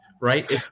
right